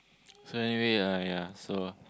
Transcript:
so anyway uh ya so